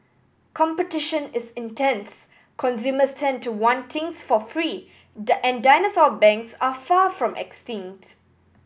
competition is intense consumers tend to want things for free and dinosaur banks are far from extinct